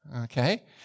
okay